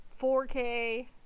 4K